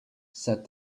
said